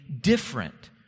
different